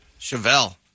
Chevelle